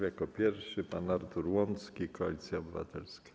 Jako pierwszy pan Artur Łącki, Koalicja Obywatelska.